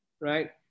right